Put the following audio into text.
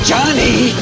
Johnny